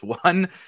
one